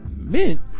Mint